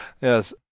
Yes